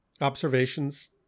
observations